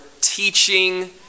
teaching